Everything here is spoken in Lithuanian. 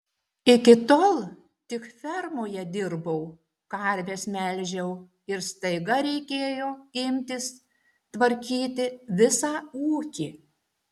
iki tol tik fermoje dirbau karves melžiau ir staiga reikėjo imtis tvarkyti visą ūkį